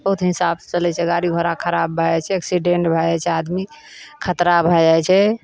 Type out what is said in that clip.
बहुत हिसाब से चलै छै गाडी घोड़ा खराब भए जाइ छै एक्सीडेन्ट भए जाइ छै आदमी खतरा भए जाइ छै